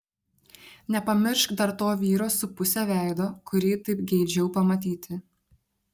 nepamiršk dar to vyro su puse veido kurį taip geidžiau pamatyti